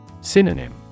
Synonym